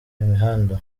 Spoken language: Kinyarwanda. imihanda